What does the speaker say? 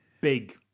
big